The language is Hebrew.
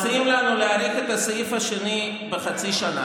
מציעים לנו להאריך את הסעיף השני בחצי שנה.